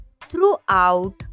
throughout